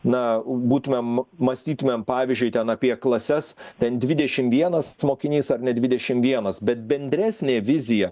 na būtumėm mąstytumėm pavyzdžiui ten apie klases ten dvidešim vienas mokinys ar ne dvidešim vienas bet bendresnė vizija